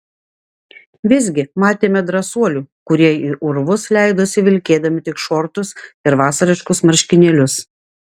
visgi matėme drąsuolių kurie į urvus leidosi vilkėdami tik šortus ir vasariškus marškinėlius